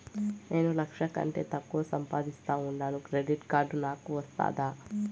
నేను లక్ష కంటే తక్కువ సంపాదిస్తా ఉండాను క్రెడిట్ కార్డు నాకు వస్తాదా